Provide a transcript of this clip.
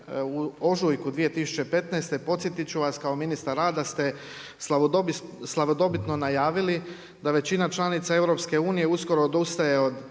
u ožujku 2015. podsjetit ću vas kao ministar rada ste slavodobitno najavili da većina članica EU uskoro odustaje od